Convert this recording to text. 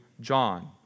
John